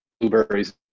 blueberries